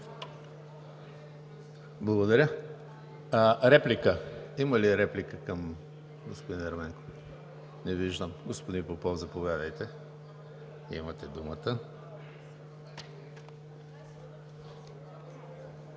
Благодаря. Има ли реплика към господин Ерменков? Не виждам. Господин Попов, заповядайте – имате думата.